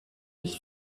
his